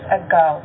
ago